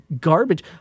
garbage